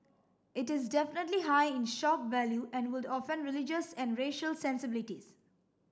it is definitely high in shock value and would offend religious and racial sensibilities